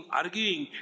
arguing